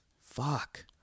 Fuck